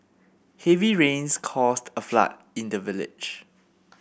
heavy rains caused a flood in the village